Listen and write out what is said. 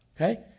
Okay